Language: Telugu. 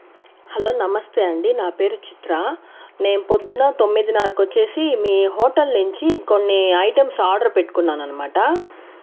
హలో నమస్తే అండీ నా పేరు చిత్ర నేను పొద్దున్న తొమ్మిదిన్నరకు వచ్చేసి మీ హోటల్ నుంచి కొన్ని ఐటమ్స్ ఆర్డర్ పెట్టుకున్నాను అనమాట